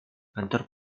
kantor